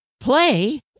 play